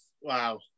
wow